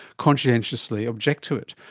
conscientiously object to it.